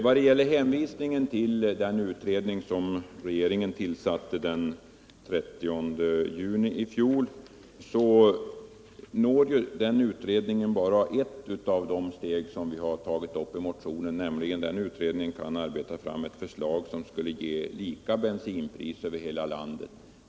Tage Sundkvist hänvisade till den utredning regeringen tillsatte den 30 juni i fjol, men den utredningen når bara ett av de steg vi har tagit upp i motionen, nämligen om utredningen kan arbeta fram ett förslag som skulle ge samma bensinpris över hela landet.